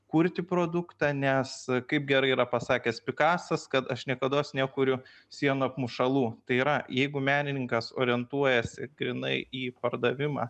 kurti produktą nes kaip gerai yra pasakęs pikasas kad aš niekados nekuriu sienų apmušalų tai yra jeigu menininkas orientuojasi į grynai į pardavimą